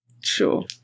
sure